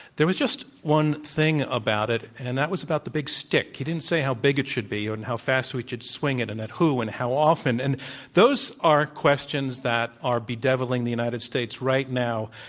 there was just one thing about it, and and that was about the big stick. he didn't say how big it should be and how fast we should swing it and at who and how often. and those are questions that are bedeviling the united states right now.